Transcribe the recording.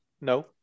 no